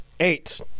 Eight